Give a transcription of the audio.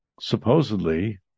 Supposedly